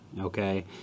okay